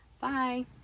Bye